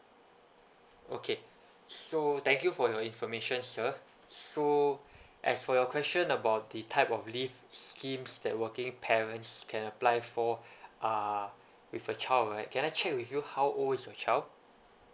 okay so thank you for your information sir so as for your question about the type of leave schemes that working parents can apply for uh with a child right can I check with you how old is your child